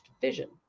vision